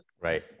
right